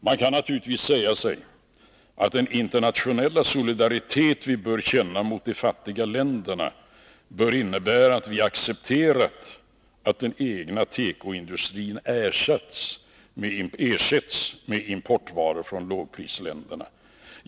Vi kan naturligtvis säga oss att den internationella solidaritet vi bör känna gentemot de fattiga länderna bör innebära att vi accepterar att den egna tekoindustrin ersätts med importvaror från lågprisländerna.